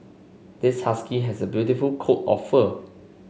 this husky has a beautiful coat of fur